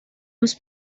was